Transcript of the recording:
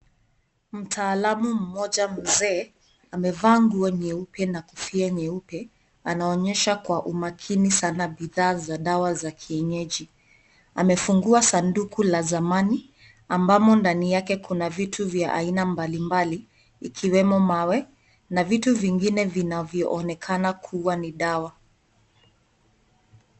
Mtaalamu mmoja Mzee amevaa nguo nyeupe na kofia nyeupe. Anaonyesha kwa umakini sana bidhaa za dawa ya kienyeji . Amefungua sanduku la zamani ambamo ndani yake kuna vitu vya aina mbalimbali ikiwemo mawe na vitu vingine vinavyoonekana kuwa ni dawa